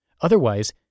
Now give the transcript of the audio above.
Otherwise